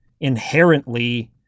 inherently